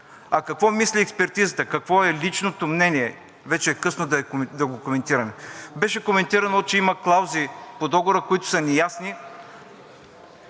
А какво мисли експертизата, какво е личното мнение, вече е късно да го коментираме. Беше коментирано, че има клаузи по договора, които са неясни.